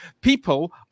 People